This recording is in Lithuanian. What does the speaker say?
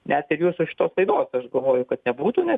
net ir jūsų šitos laidos aš galvoju kad nebūtų nes